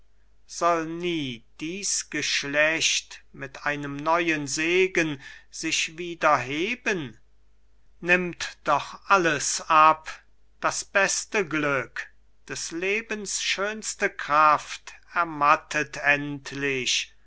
soll nie dieß geschlecht mit einem neuen segen sich wieder heben nimmt doch alles ab das beste glück des lebens schönste kraft ermattet endlich